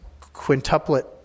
quintuplet